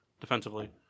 defensively